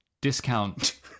discount